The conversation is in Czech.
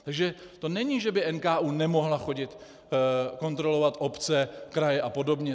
Takže to není, že by NKÚ nemohl chodit kontrolovat obce, kraje a podobně.